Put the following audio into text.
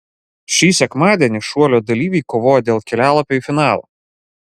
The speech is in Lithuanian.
šį sekmadienį šuolio dalyviai kovoja dėl kelialapio į finalą